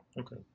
okay